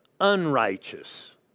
unrighteous